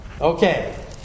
Okay